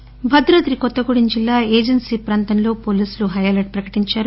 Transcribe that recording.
agency bandh Bhadradri Kothagudem జిల్లా ఏజెన్సీప్రాంతంలో పోలీసులు హై అలర్ట్ ప్రకటించారు